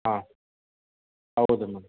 ಹಾಂ ಹೌದು ಮ್ಯಾಮ್